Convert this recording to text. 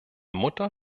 mutter